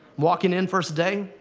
walking in, first day,